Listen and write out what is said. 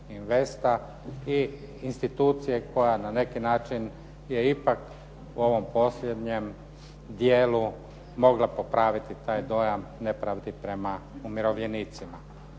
i institucije koja na neki način je ipak u ovom posljednjem dijelu mogla popraviti taj dojam nepravdi prema umirovljenicima.